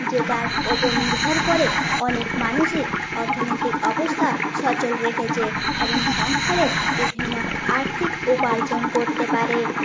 যেটার উপর নির্ভর করে অনেক মানুষই অর্থনৈতিক অবস্থা সচল রেখেছে এবং সংসারে বিভিন্ন আর্থিক উপার্জন করতে পারে